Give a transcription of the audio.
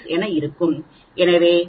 96 என இருக்க வேண்டும் எனவே இதை 1